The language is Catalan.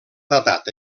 datat